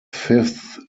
fifth